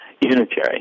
unitary